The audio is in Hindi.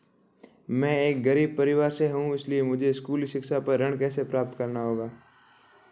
मैं एक गरीब परिवार से हूं इसलिए मुझे स्कूली शिक्षा पर ऋण कैसे प्राप्त होगा?